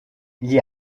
gli